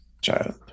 child